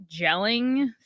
gelling